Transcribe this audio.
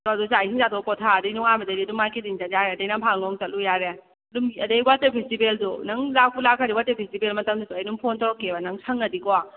ꯑꯗꯣ ꯆꯥꯛ ꯏꯁꯤꯡ ꯆꯥꯔꯒ ꯄꯣꯊꯔꯗꯤ ꯅꯣꯉꯥꯟꯕꯗꯒꯤ ꯑꯗꯨꯝ ꯃꯥꯔꯀꯦꯇꯤꯡ ꯆꯠꯄ ꯌꯥꯔꯦ ꯑꯗꯩ ꯅꯝꯐꯥꯂꯣꯡ ꯆꯠꯂꯨ ꯌꯥꯔꯦ ꯑꯗꯨꯝ ꯑꯗꯩ ꯋꯥꯇꯔ ꯐꯦꯁꯇꯤꯚꯦꯜꯗꯣ ꯅꯪ ꯂꯥꯛꯄꯨ ꯂꯥꯛꯈ꯭ꯔꯗꯤ ꯋꯥꯇꯔ ꯐꯦꯁꯇꯤꯚꯦꯜ ꯃꯇꯝꯗꯁꯨ ꯑꯩ ꯑꯗꯨꯝ ꯐꯣꯟ ꯇꯧꯔꯛꯀꯦꯕ ꯅꯪ ꯁꯪꯉꯗꯤꯀꯣ